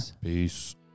Peace